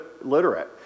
literate